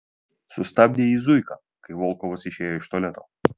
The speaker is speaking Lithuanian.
sustabdė jį zuika kai volkovas išėjo iš tualeto